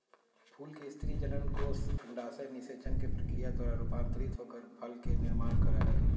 फूल के स्त्री जननकोष अंडाशय निषेचन के प्रक्रिया द्वारा रूपांतरित होकर फल के निर्माण कर हई